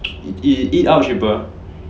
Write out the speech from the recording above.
eat eat eat out cheaper